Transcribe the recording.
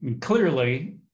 clearly